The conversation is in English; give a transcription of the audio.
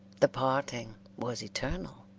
the parting was eternal.